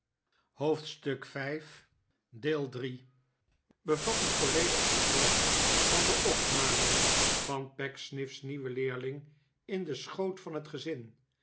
hoofdstuk v bevat een volledig verslag van de opname van pecksniff's nieuwen leerling in den schoot van het gezin